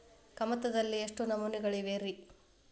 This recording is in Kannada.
ಕಮತದಲ್ಲಿ ಎಷ್ಟು ನಮೂನೆಗಳಿವೆ ರಿ?